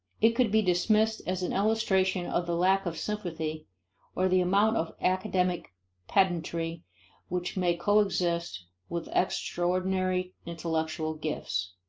it could be dismissed as an illustration of the lack of sympathy or the amount of academic pedantry which may coexist with extraordinary intellectual gifts.